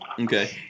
Okay